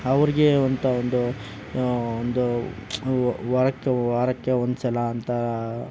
ಅವರಿಗೆ ಅಂತ ಒಂದು ಒಂದು ವಾರಕ್ಕೆ ವಾರಕ್ಕೆ ಒಂದ್ಸಲ ಅಂತ